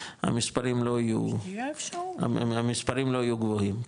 המספרים לא יהיו גבוהים,